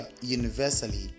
universally